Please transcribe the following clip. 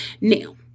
Now